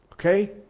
Okay